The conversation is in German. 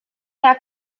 herr